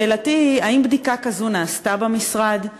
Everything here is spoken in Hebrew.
שאלתי היא, האם בדיקה כזו נעשתה במשרד?